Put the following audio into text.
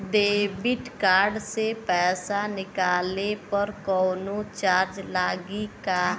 Debit card से पैसा निकलले पर कौनो चार्ज लागि का?